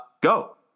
go